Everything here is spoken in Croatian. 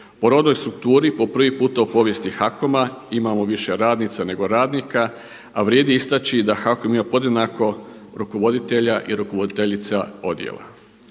Po rodnoj strukturi po prvi puta u povijesti HAKOM-a imamo više radnica nego radnika, a vrijedi istaći da HAKOM ima podjednako rukovoditelja i rukovoditeljica odjela.